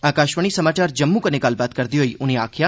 आकाशवाणी समाचार जम्मू कन्नै गल्लबात करदे होई उनें आक्खेआ